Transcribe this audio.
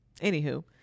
Anywho